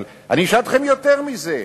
אבל אני אשאל אתכם יותר מזה.